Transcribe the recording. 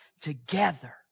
together